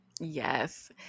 Yes